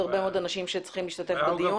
הרבה מאוד אנשים שצריכים להשתתף בדיון.